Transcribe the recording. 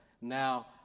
now